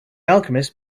alchemist